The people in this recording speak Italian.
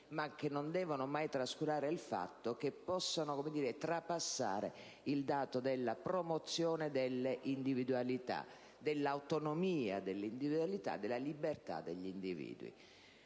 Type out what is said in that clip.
ma che non devono mai trascurare il fatto che possono trapassare il dato della promozione delle individualità, dell'autonomia delle individualità e della libertà degli individui.